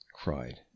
cried